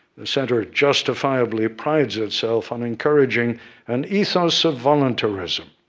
the center, ah justifiably, prides itself on encouraging an ethos of volunteerism.